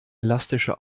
elastische